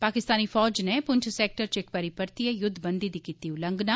पाकिस्तानी फौज नै पुंछ सैक्टर च इक बारी परतियै युद्धबंदी दी कीती उल्लंघना